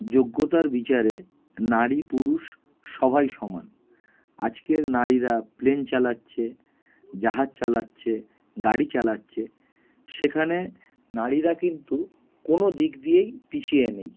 যোগ্যতার বিচারে নারী পুরুষ সভাই সমান আজকের নারীরা প্লেন চালাচ্ছে জাহাজ চালাচ্ছে গাড়ি চালাচ্ছে সেখানে নারীরা কিন্তু কোনো দিক দিয়েই পিছিয়ে নেই